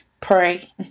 pray